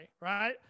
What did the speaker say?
right